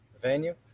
venue